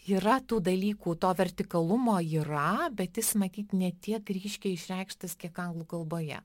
yra tų dalykų to vertikalumo yra bet jis matyt ne tiek ryškiai išreikštas kiek anglų kalboje